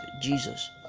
jesus